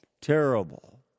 terrible